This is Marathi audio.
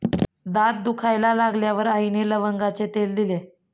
दात दुखायला लागल्यावर आईने लवंगाचे तेल दिले